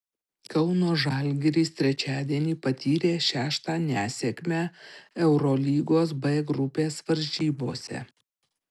kauno žalgiris trečiadienį patyrė šeštą nesėkmę eurolygos b grupės varžybose